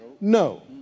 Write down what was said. No